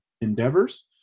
endeavors